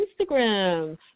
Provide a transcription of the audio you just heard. Instagram